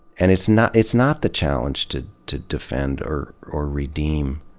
and it's not, it's not the challenge to to defend or or redeem